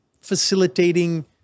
facilitating